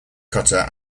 cutter